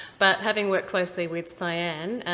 but having worked closely with siyan,